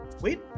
wait